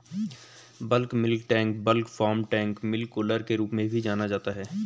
bulk milk tank bulk farm tank milk cooler के रूप में भी जाना जाता है,